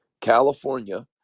California